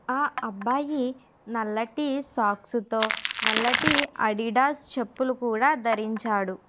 ఆ అబ్బాయి నల్లటి సాక్స్తో నల్లటి అడిడాస్ చెప్పులు కూడా ధరించాడు